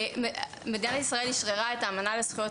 מדינת ישראל אשררה את האמנה לזכויות